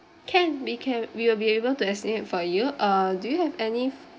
can we can we will be able to estimate for you uh do you have any